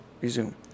resume